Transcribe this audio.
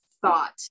thought